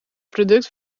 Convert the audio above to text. product